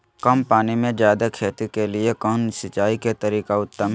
कम पानी में जयादे खेती के लिए कौन सिंचाई के तरीका उत्तम है?